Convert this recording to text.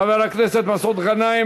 חבר הכנסת מסעוד גנאים,